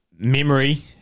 memory